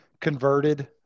converted